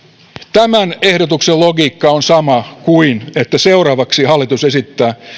tämän ehdotuksen logiikka on sama kuin että seuraavaksi hallitus esittää